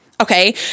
Okay